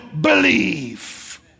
believe